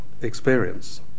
experience